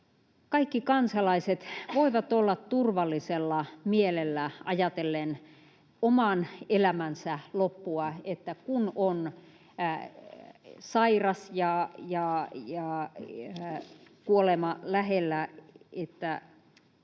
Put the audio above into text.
kaikki kansalaiset voivat olla turvallisella mielellä ajatellen oman elämänsä loppua — että kun on sairas ja kuolema lähellä, niin